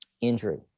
Injury